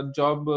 job